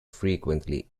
frequently